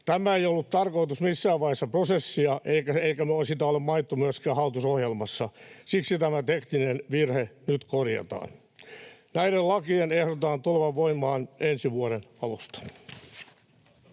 Tämä ei ollut tarkoitus missään vaiheessa prosessia, eikä sitä ole mainittu myöskään hallitusohjelmassa. Siksi tämä tekninen virhe nyt korjataan. Näiden lakien ehdotetaan tulevan voimaan ensi vuoden alusta.